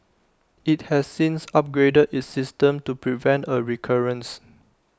IT has since upgraded its system to prevent A recurrence